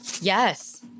Yes